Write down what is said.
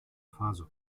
faso